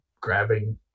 grabbing